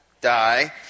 die